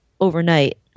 overnight